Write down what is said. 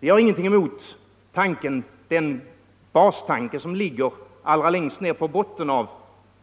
Vi har inget emot bastanken som ligger långt ner på botten